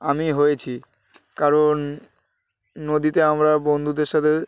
আমি হয়েছি কারণ নদীতে আমরা বন্ধুদের সাথে